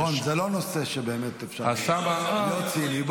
זה לא נושא שבאמת אפשר להיות בו ציני,